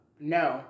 no